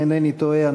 אם אינני טועה,